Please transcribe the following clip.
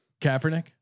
Kaepernick